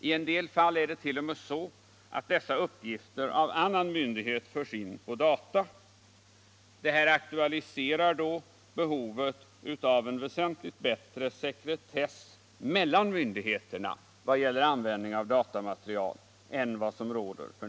I en del fall är det t.o.m. så att dessa uppgifter av annan myndighet Fredagen den förs in på data. Detta aktualiserar då behovet av en väsentligt bättre 7 maj 1976 sekretess mellan myndigheterna vad gäller användning av datamaterial Li än vad som råder f. n.